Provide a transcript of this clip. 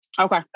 Okay